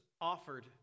offered